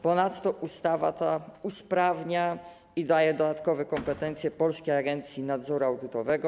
Ponadto ta ustawa usprawnia, daje dodatkowe kompetencje Polskiej Agencji Nadzoru Audytowego.